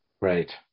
right